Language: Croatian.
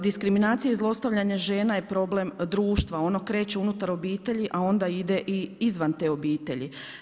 Diskriminacija i zlostavljanje žena je problem društva, ono kreće unutar obitelji a onda ide i izvan te obitelji.